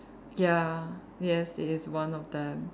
ya yes it is one of them